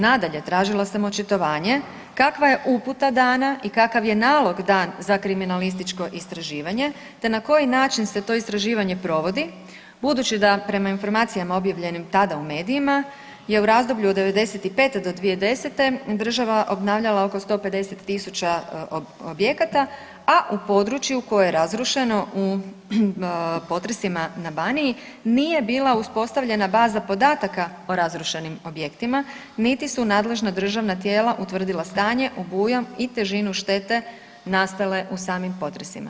Nadalje, tražila sam očitovanje kakva je uputa dana i kakav je nalog dan za kriminalističko istraživanje, te na koji način se to istraživanje provodi, budući da prema informacijama objavljenim tada u medijima je u razdoblju od '95. do 2010. država obnavljala oko 150 000 objekata a u području koje je razrušeno u potresima na Baniji nije bila uspostavljena baza podataka o razrušenim objektima, niti su nadležna državna tijela utvrdila stanje, obujam i težinu štete nastale u samim potresima.